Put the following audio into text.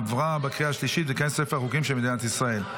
עברה בקריאה השלישית ותיכנס לספר החוקים של מדינת ישראל.